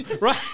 right